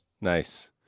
Nice